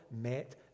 met